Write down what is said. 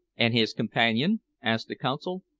and his companion? asked the consul.